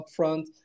upfront